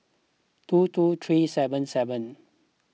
two two three seven seven